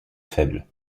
faible